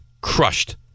Crushed